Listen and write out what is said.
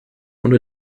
unter